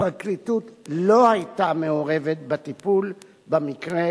הפרקליטות לא היתה מעורבת בטיפול במקרה